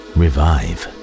revive